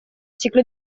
ciclo